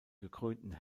gekrönten